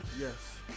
Yes